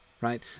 right